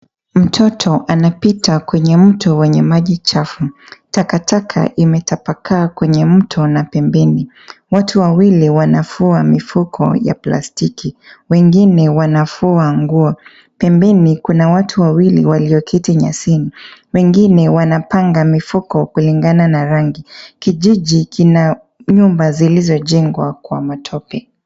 Mtoto anapita kwenye mto wenye maji chafu. Takataka imetapakaa kwenye mto na pembeni. Watu wawili wanafua mifuko ya plastiki wengine wanafua nguo. Pembeni kuna watu wawili walioketi nyasini. Wengine wanapanga mifuko kulingana na rangi. Kijiji kina nyumba zilizojengwa kwa matope.